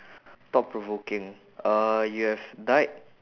thought provoking uh you have died